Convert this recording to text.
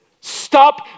Stop